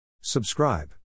Subscribe